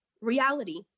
reality